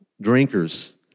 drinkers